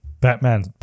Batman